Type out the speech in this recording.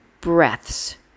breaths